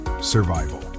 survival